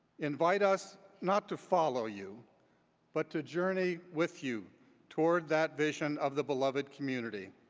invite us not to follow you but to journey with you toward that vision of the beloved community.